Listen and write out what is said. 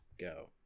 go